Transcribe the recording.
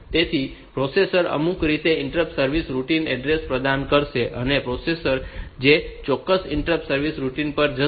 તેથી પ્રોસેસર અમુક રીતે તે ઇન્ટરપ્ટ સર્વિસ રૂટિન એડ્રેસ પ્રદાન કરશે અને પ્રોસેસર તે ચોક્કસ ઇન્ટરપ્ટ સર્વિસ રૂટિન પર જશે